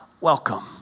Welcome